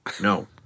No